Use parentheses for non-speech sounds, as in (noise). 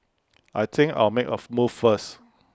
I think I'll make A (noise) move first